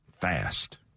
fast